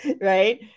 Right